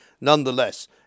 Nonetheless